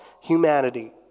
humanity